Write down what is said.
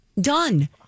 done